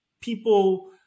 people